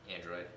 Android